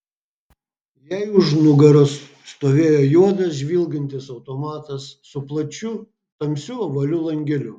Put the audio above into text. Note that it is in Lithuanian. jai už nugaros stovėjo juodas žvilgantis automatas su plačiu tamsiu ovaliu langeliu